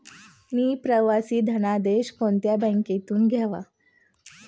मी प्रवासी धनादेश कोणत्या बँकेतून घ्यावा?